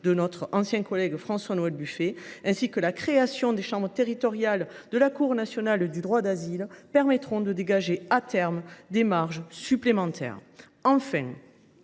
de notre ancien collègue François Noël Buffet, et la création des chambres territoriales de la Cour nationale du droit d’asile permettront de dégager à terme des marges supplémentaires. Enfin,